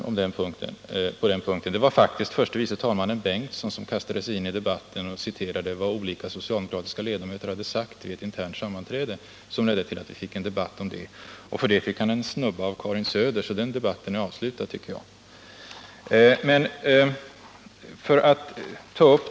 Anledningen till att vi fick en debatt om det var faktiskt att förste vice talmannen Bengtson kastade sig in i debatten och citerade vad olika socialdemokratiska ledamöter hade sagt vid ett internt sammanträde. För detta fick han en snubba av Karin Söder, så den debatten anser jag avslutad.